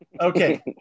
okay